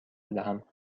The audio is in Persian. دهم